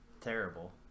terrible